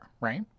right